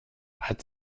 hat